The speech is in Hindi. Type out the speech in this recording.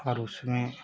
और उसमें